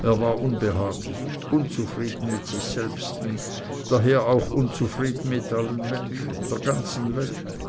er war unbehaglich unzufrieden mit sich selbsten daher auch unzufrieden mit allen menschen der ganzen welt